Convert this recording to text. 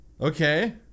Okay